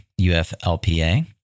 uflpa